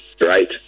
Right